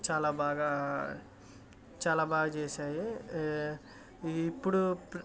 చాలా బాగా చాలా బాగా చేశాయి ఇప్పుడు